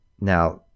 Now